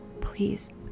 please